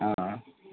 آ